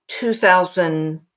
2000